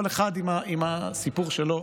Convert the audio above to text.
כל אחד עם הסיפור שלו.